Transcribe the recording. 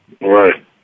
Right